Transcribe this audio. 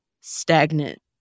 stagnant